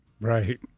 right